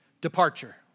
departure